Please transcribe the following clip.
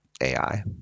AI